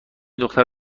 دختر